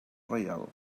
reial